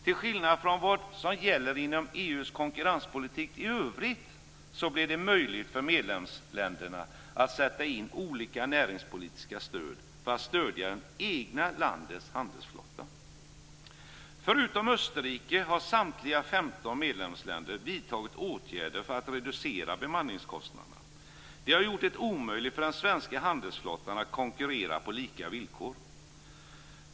Till skillnad från vad som gäller inom EU:s konkurrenspolitik i övrigt blir det möjligt för medlemsländerna att sätta in olika näringspolitiska stöd för att stödja det egna landets handelsflotta. Förutom Österrike har samtliga 15 medlemsländer vidtagit åtgärder för att reducera bemanningskostnaderna. Det har gjort det omöjligt för den svenska handelsflottan att konkurrera på lika villkor.